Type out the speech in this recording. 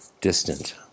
distant